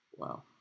Wow